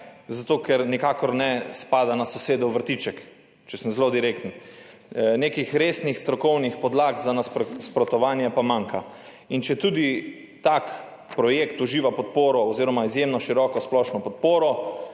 Zato ker nikakor ne spada na sosedov vrtiček, če sem zelo direkten. Nekih resnih strokovnih podlag za nasprotovanje pa manjka. In četudi tak projekt uživa podporo oziroma izjemno široko splošno podporo,